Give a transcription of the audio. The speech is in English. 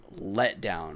letdown